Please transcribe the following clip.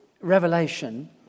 revelation